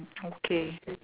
okay